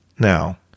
Now